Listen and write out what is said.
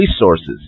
resources